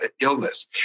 illness